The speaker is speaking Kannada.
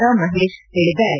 ರಾ ಮಹೇಶ್ ಹೇಳಿದ್ದಾರೆ